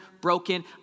broken